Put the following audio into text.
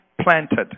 planted